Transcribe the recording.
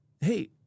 hey